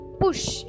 push